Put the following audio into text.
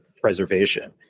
preservation